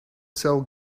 cell